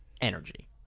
energy